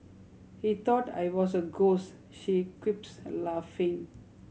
he thought I was a ghost she quips laughing